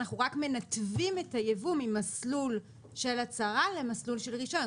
אנחנו רק מנתבים את היבוא ממסלול של הצהרה למסלול של רישיון.